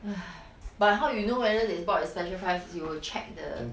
but how you know whether they bought the special price you will check the